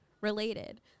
related